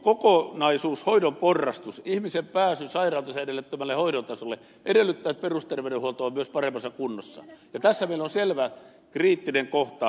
mutta kokonaisuus hoidon porrastus ihmisen pääsy sairautensa edellyttämälle hoidon tasolle edellyttää että perusterveydenhuolto on myös paremmassa kunnossa ja tässä meillä on selvä kriittinen kohta